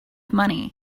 money